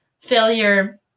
failure